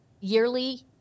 yearly